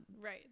Right